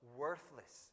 worthless